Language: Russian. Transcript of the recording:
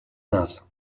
нас